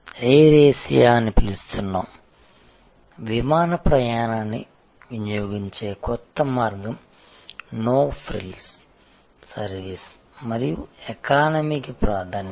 air Asia అని పిలుస్తున్నాము విమాన ప్రయాణాన్ని వినియోగించే కొత్త మార్గం నో ఫ్రిల్స్ సర్వీస్ మరియు ఎకానమీకి ప్రాధాన్యత